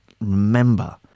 remember